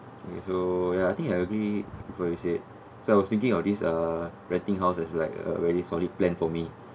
okay so ya I think I agree what you said so I was thinking of this uh renting house is like a very solid plan for me